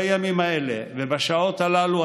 בימים האלה ובשעות הללו,